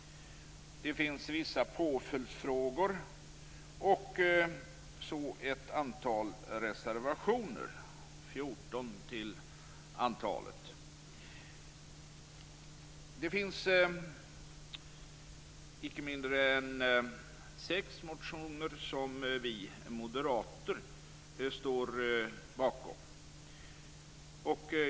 Det finns vissa påföljdsfrågor. Sedan finns det ett antal reservationer. Dessa är 14 till antalet. Det finns icke mindre än sex motioner som vi moderater står bakom.